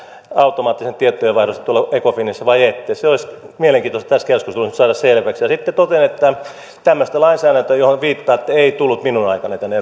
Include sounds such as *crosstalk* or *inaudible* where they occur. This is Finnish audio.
automaattisesta tietojenvaihdosta ecofinissä vai ette se olisi mielenkiintoista tässä keskustelussa nyt saada selväksi sitten totean että tämmöistä lainsäädäntöä johon viittaatte ei tullut minun aikanani tänne *unintelligible*